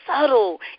subtle